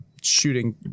shooting